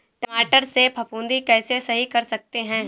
टमाटर से फफूंदी कैसे सही कर सकते हैं?